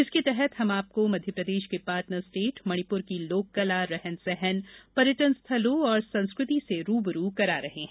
इसके तहत हम आपको मध्यप्रदेश के पार्टनर स्टेट मणिपुर की लोककला रहन सहन पर्यटन स्थलों और संस्कृति से रू ब रू करा रहे हैं